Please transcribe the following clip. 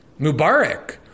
Mubarak